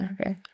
Okay